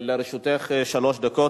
לרשותך שלוש דקות.